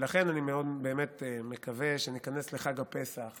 לכן אני באמת מקווה שניכנס לחג הפסח